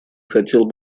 хотел